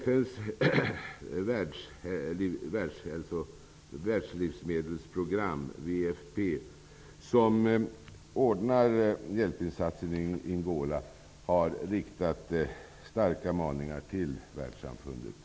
FN:s världslivsmedelsprogram, WFP, som ordnar hjälpinsatsen i Angola har riktat starka maningar till världssamfundet.